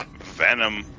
Venom